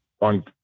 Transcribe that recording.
on